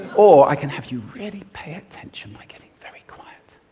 or, i can have you really pay attention by getting very quiet.